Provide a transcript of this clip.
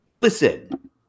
Listen